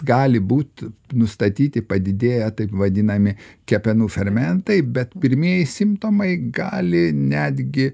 gali būt nustatyti padidėję taip vadinami kepenų fermentai bet pirmieji simptomai gali netgi